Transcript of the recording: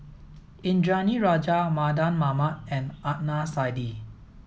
Indranee Rajah Mardan Mamat and Adnan Saidi